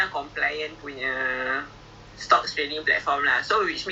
but how much ah the fees is it cheap to to put in money inside